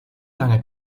lange